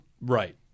Right